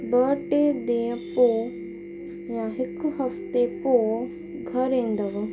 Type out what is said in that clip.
ॿ टे ॾींहं पोइ या हिकु हफ़्ते पोइ घर ईंदव